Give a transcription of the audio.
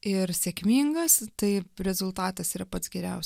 ir sėkmingas tai rezultatas yra pats geriausias